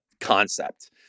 concept